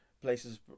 places